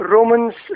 Romans